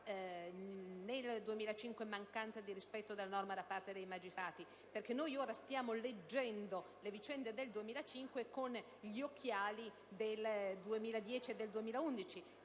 nel 2005 mancanza di rispetto della norma da parte dei magistrati. Noi ora stiamo leggendo le vicende del 2005 con gli occhiali del 2010-2011,